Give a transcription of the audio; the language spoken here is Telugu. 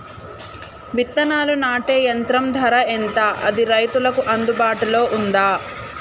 విత్తనాలు నాటే యంత్రం ధర ఎంత అది రైతులకు అందుబాటులో ఉందా?